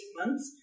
months